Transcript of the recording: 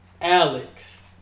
Alex